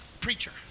preacher